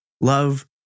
Love